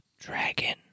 dragon